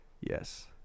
Yes